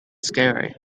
scary